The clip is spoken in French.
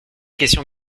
question